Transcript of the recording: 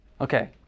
Okay